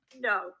No